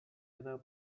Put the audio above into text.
other